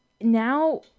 now